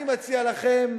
אני מציע לכם,